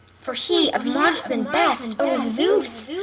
for he of marksmen best, o zeus,